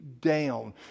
down